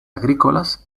agrícolas